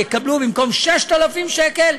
במקום 6,000 שקל,